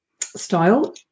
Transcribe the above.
style